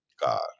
God